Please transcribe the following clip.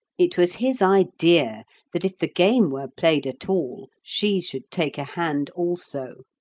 it was his idea that if the game were played at all, she should take a hand also.